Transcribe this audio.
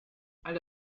alle